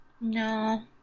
No